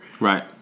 Right